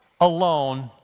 alone